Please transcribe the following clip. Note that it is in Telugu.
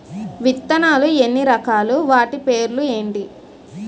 విత్తనాలు ఎన్ని రకాలు, వాటి పేర్లు ఏంటి?